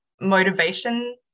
motivation